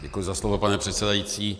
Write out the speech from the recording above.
Děkuji za slovo, pane předsedající.